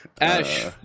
Ash